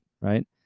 right